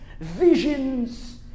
visions